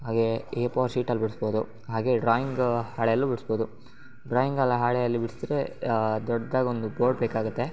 ಹಾಗೇ A four ಶೀಟಲ್ಲೂ ಬಿಡಿಸ್ಬೋದು ಹಾಗೇ ಡ್ರಾಯಿಂಗ್ ಹಾಳೆಯಲ್ಲೂ ಬಿಡಿಸ್ಬೋದು ಡ್ರಾಯಿಂಗಲ್ಲ ಹಾಳೆಯಲ್ಲಿ ಬಿಡ್ಸಿದ್ರೆ ದೊಡ್ದಾಗಿ ಒಂದು ಬೋರ್ಡ್ ಬೇಕಾಗುತ್ತೆ